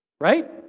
Right